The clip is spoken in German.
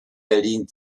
berlin